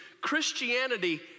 Christianity